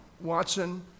Watson